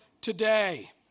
Today